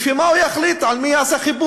לפי מה הוא יחליט על מי הוא יעשה חיפוש?